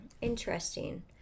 interesting